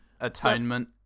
Atonement